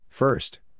First